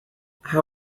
how